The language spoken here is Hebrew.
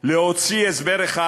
להוציא הסבר אחד: